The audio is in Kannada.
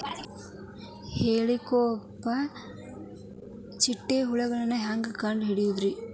ಹೇಳಿಕೋವಪ್ರ ಚಿಟ್ಟೆ ಹುಳುಗಳನ್ನು ಹೆಂಗ್ ಕಂಡು ಹಿಡಿಯುದುರಿ?